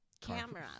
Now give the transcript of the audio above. camera